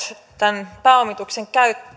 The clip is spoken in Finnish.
tämän pääomituksen